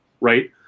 Right